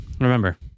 remember